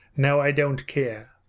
now i don't care.